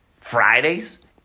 Fridays